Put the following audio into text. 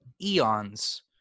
eons